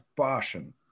passion